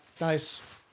nice